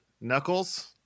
Knuckles